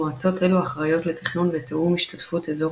מועצות אלו אחראיות לתכנון ותיאום השתתפות אזור